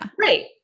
right